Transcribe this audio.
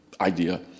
idea